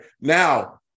Now